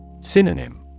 Synonym